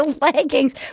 leggings